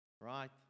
Right